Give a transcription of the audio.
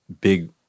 big